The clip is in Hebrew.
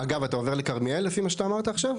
אגב, אתה עובר לכרמיאל לפי מה שאתה אמרת עכשיו?